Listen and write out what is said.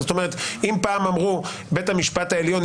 אבל אם פעם אמרו שבית המשפט העליון,